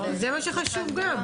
זה מה שחשוב גם.